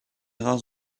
rares